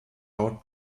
laut